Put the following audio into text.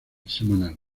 semanal